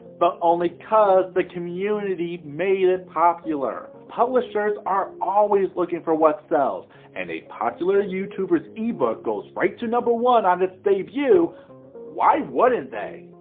but only cause the community made it popular. publishers are always looking for what sells and a popular youtuber's ebook goes right to number one on its debut why wouldn't they?